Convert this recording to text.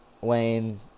Wayne